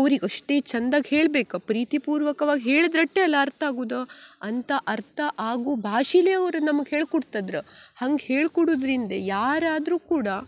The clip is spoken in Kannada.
ಅವ್ರಿಗೆ ಅಷ್ಟೇ ಚಂದಾಗಿ ಹೇಳ್ಬೇಕು ಪ್ರೀತಿಪೂರ್ವಕವಾಗಿ ಹೇಳದ್ರಷ್ಟೇ ಅಲ್ಲ ಅರ್ಥ ಆಗುದು ಅಂಥ ಅರ್ಥ ಆಗುವ ಭಾಷೆಲೆ ಅವರು ನಮಗೆ ಹೇಳ್ಕುಡ್ತದ್ರು ಹಂಗೆ ಹೇಳ್ಕೊಡುದರಿಂದೆ ಯಾರಾದರೂ ಕೂಡ